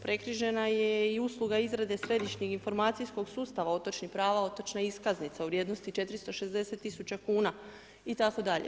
Prekrižena je i usluga izrade središnjeg informacijskog sustava otočnih prava, otočna iskaznica u vrijednosti od 460 tisuća kn itd.